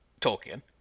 Tolkien